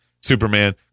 Superman